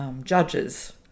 judges